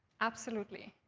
absolutely.